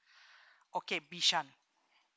okay bishan